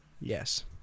Yes